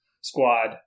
squad